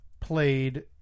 Played